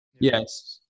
Yes